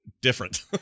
different